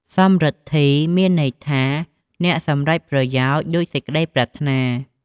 សំរិទ្ធី មានន័យថា អ្នកសម្រេចប្រយោជន៍ដូចសេចក្តីប្រាថ្នា។